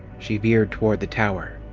she veered toward the tower.